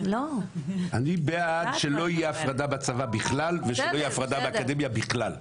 אני בעד שלא יהיה הפרדה בצבא בכלל ושלא יהיה הפרדה באקדמיה בכלל.